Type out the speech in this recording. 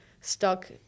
stuck